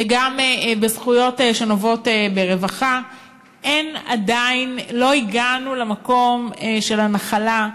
וגם בזכויות שנוגעות לרווחה עדיין לא הגענו למקום של המנוחה והנחלה.